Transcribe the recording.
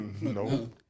No